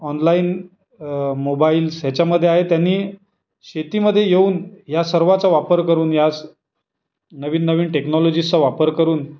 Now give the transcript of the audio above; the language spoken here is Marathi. ऑनलाईन मोबाईल्स हेच्यामध्ये आहे त्यांनी शेतीमध्ये येऊन या सर्वाचा वापर करून यास नवीन नवीन टेक्नॉलॉजीजचा वापर करून